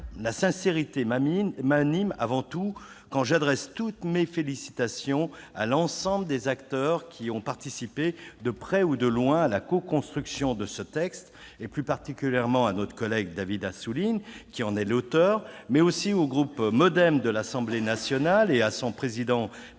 la sincérité m'anime avant tout quand j'adresse toutes mes félicitations à l'ensemble des acteurs qui ont participé de près ou de loin à la coconstruction de ce texte, et plus particulièrement à David Assouline, qui en est l'auteur, mais aussi au groupe Modem de l'Assemblée nationale et à son président,